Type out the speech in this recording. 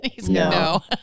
No